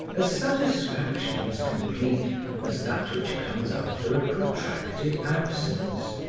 a satisfaction as complete as that which comes after a protracted absence.